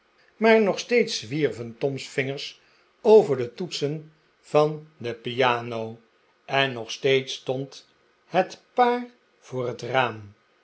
maar nog steeds zwierven tom's vingers over de toetsen van de piano en nog steeds stond het paar voor het raam